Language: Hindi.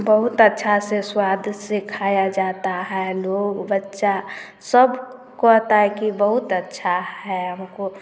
बहुत अच्छा से स्वाद से खाया जाता है लोग बच्चा सब कहता है कि बहुत अच्छा है हमको